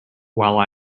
while